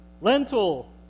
Lentil